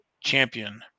champion